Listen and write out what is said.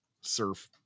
surf